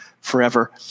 forever